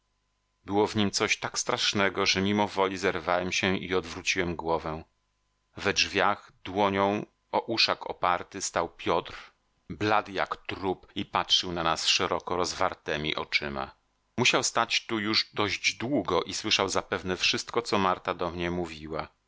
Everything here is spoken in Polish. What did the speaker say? było w nim coś tak strasznego że mimowoli zerwałem się i odwróciłem głowę we drzwiach dłonią o uszak oparty stał piotr blady jak trup i patrzył na nas szeroko rozwartemi oczyma musiał stać tu już dość długo i słyszał zapewne wszystko co marta do mnie mówiła